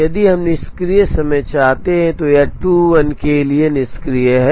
यदि हम निष्क्रिय समय चाहते हैं तो यह 21 के लिए निष्क्रिय है